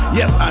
yes